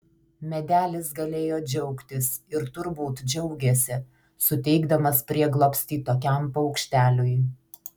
medelis galėjo džiaugtis ir turbūt džiaugėsi suteikdamas prieglobstį tokiam paukšteliui